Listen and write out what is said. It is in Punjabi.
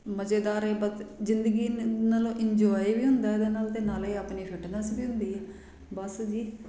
ਮਜ਼ੇਦਾਰ ਏ ਬ ਜ਼ਿੰਦਗੀ ਨ ਨਾਲੋਂ ਇੰਜੋਏ ਵੀ ਹੁੰਦਾ ਇਹਦੇ ਨਾਲ ਅਤੇ ਨਾਲੇ ਆਪਣੀ ਫਿਟਨੈਸ ਵੀ ਹੁੰਦੀ ਹੈ ਬਸ ਜੀ